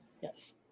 Yes